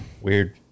weird